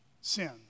sin